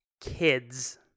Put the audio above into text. Kids